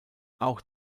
auch